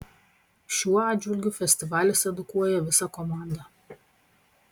šiuo atžvilgiu festivalis edukuoja visą komandą